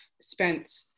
spent